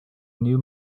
new